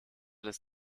des